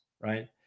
right